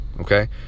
Okay